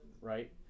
right